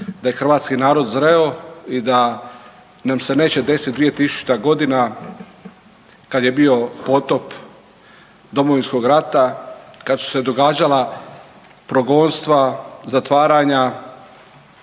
da je hrvatski narod zreo i da nam se neće desiti 2000. godina kad je bio potop Domovinskog rata, kad su se događala progonstva, zatvaranja,